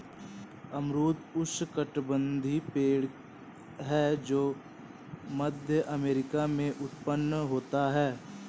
अमरूद उष्णकटिबंधीय पेड़ है जो मध्य अमेरिका में उत्पन्न होते है